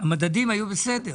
כיוון שהמדדים היו בסדר.